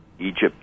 egypt